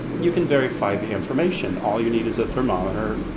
you can verify the information. all you need is a thermometer.